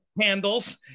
handles